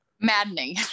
maddening